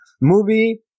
movie